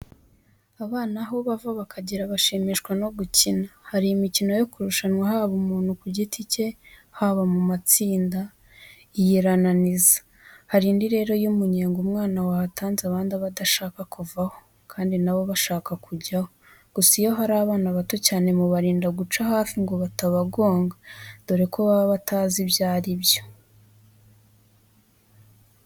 Abana aho bava bakagera bashimishwa no gukina. Hari imikino yo kurushanwa haba umuntu ku giti cye, haba mu matsinda. Iyi irananiza. Hari indi rero y'umunyenga. Umwana wahatanze abandi aba adashaka kuvaho kandi na bo bashaka kujyaho. Gusa iyo hari abana bato cyane mubarinda guca hafi ngo batabagonga, dore ko baba batazi ibyo ari byo.